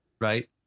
Right